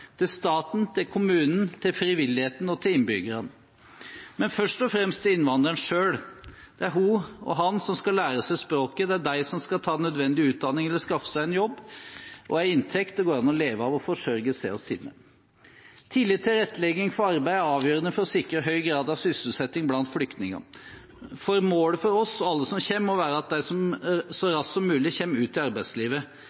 til staten, til kommunen, til frivilligheten og til innbyggerne – men først og fremst til innvandrerne selv. Det er hun og han som skal lære seg språket, det er de som skal ta nødvendig utdanning eller skaffe seg en jobb og en inntekt det går an å leve av, og forsørge seg og sine. Tidlig tilrettelegging for arbeid er avgjørende for å sikre høy grad av sysselsetting blant flyktninger. Målet for oss og alle som kommer, må være at de så raskt som